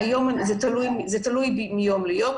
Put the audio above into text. זה משתנה מיום ליום.